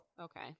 Okay